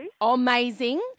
Amazing